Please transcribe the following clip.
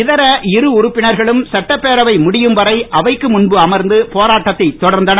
இதர இரு உறுப்பினர்களும் சட்டப்பேரவை முடியும் வரை அவைக்கு முன்பு அமர்ந்து போராட்டத்தை தொடர்ந்தனர்